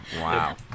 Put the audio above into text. Wow